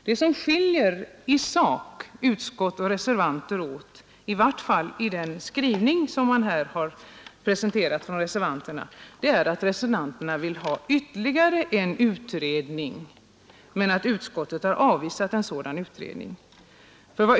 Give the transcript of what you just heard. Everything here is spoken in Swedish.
Det som i sak skiljer utskottet och reservanterna åt, i vart fall i den skrivning som reservanterna här har presenterat, är att reservanterna vill ha ytterligare en utredning, medan utskottet har avvisat detta.